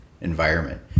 environment